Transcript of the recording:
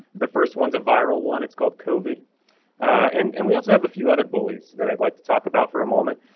the first ones, a viral one. it's called covid and and we also have a few other bullies that i'd like to talk about for a moment.